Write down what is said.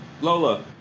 Lola